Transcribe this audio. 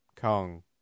Kong